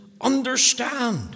understand